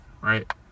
right